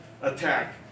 attack